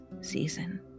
season